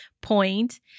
point